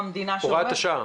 להאריך את הוראת השעה.